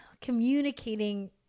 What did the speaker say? communicating